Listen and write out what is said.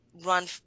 Run